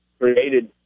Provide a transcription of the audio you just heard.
created